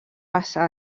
passar